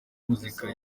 muzika